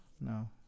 No